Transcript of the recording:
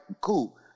cool